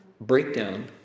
breakdown